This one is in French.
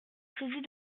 saisie